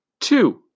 Two